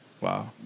Wow